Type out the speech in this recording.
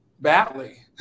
badly